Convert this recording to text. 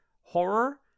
horror